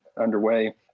underway